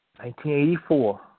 1984